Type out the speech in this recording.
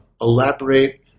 elaborate